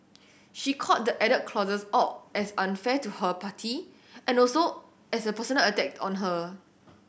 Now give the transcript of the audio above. she called the added clauses out as unfair to her party and also as a personal attack on her